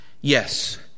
Yes